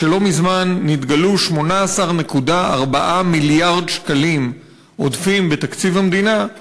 כשלא מזמן נתגלו 18.4 מיליארד שקלים עודפים בתקציב המדינה,